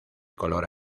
color